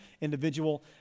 individual